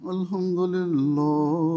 Alhamdulillah